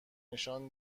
نشان